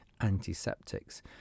antiseptics